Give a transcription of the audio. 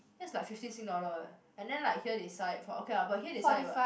that's like fifteen sing dollar eh and then like here they sell it for okay lah but here they sell it